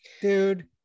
dude